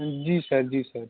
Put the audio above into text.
जी sir जी sir